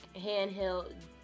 handheld